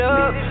up